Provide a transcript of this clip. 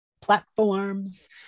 platforms